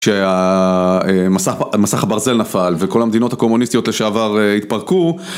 כשמסך הברזל נפל וכל המדינות הקומוניסטיות לשעבר התפרקו